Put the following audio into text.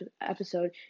episode